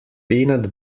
peanut